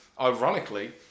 ironically